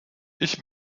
ich